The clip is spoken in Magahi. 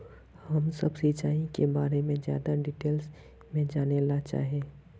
हम सब सिंचाई के बारे में ज्यादा डिटेल्स में जाने ला चाहे?